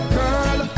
girl